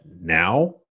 now